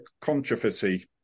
controversy